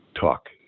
Talk